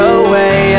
away